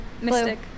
mystic